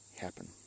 happen